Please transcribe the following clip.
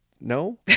no